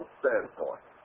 standpoint